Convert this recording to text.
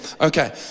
Okay